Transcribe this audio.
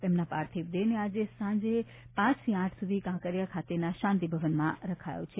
તેમના પાર્થિવદેહને આજે સાંજે પાંચથી આઠ સુધી કાંકરીયા ખાતેના શાંતિભવનમાં રખાયો છે